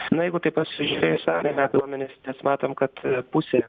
na jeigu taip pasižiūrėjus pernai metų duomenis mes matom kad pusė